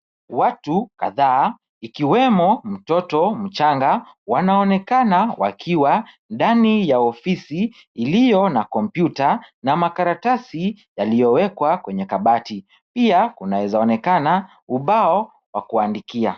Watu kadhaa ikiwemo mtoto mchanga wanaonekana wakiwa ndani ya ofisi iliyo na kompyuta na makaratasi yaliyo wekwa kwenye kabati pia kunaweza onekana ubao wa kuandikia.